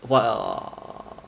!wow!